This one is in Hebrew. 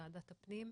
ועדת הפנים.